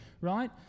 right